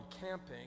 camping